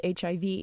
HIV